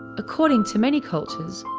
according to many cultures,